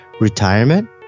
retirement